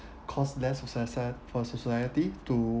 cost less soci~ for society to